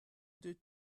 deux